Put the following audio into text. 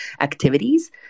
activities